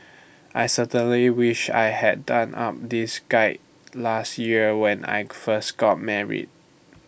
I certainly wish I had done up this guide last year when I first got married